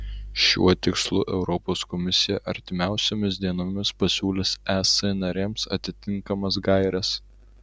šiuo tikslu europos komisija artimiausiomis dienomis pasiūlys es narėms atitinkamas gaires